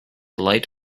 light